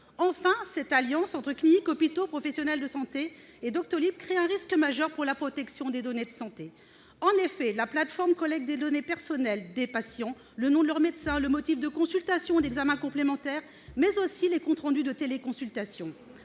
Enfin, cette alliance entre cliniques, hôpitaux, professionnels de santé et Doctolib crée un risque majeur pour la protection des données de santé. En effet, la plateforme collecte les données personnelles des patients, le nom de leur médecin, le motif de consultation ou d'examen complémentaire, mais aussi les comptes rendus des téléconsultations.